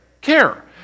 Care